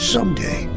Someday